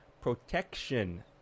protection